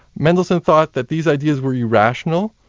mendelssohn thought that these ideas were irrational,